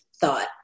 thought